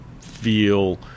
feel